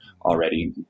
already